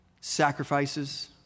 Sacrifices